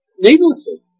needlessly